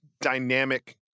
dynamic